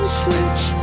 switch